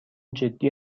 جدی